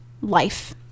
life